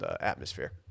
atmosphere